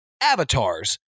avatars